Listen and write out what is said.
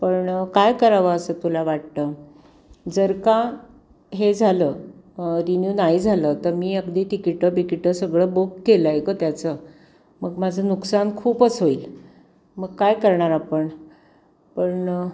पण काय करावं असं तुला वाटतं जर का हे झालं रिन्यू नाही झालं तर मी अगदी तिकीटं बिकीटं सगळं बुक केलं आहे गं त्याचं मग माझं नुकसान खूपच होईल मग काय करणार आपण पण